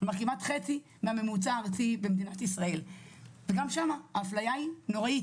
כמעט חצי מהממוצע הארצי במדינת ישראל וגם שם האפייה היא נוראית,